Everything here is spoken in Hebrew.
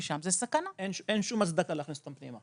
אין שום הצדקה להכניס אותם פנימה.